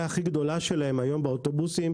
הכי הגדולה שלהם היום באוטובוסים,